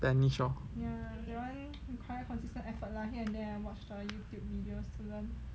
spanish lor